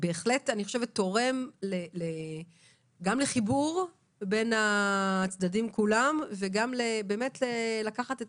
בהחלט תורמת גם לחיבור בין הצדדים כולם וגם לקחת את